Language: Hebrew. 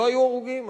לא היו הרוגים.